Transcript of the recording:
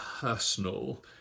personal